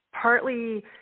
partly